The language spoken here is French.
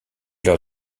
leur